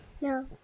No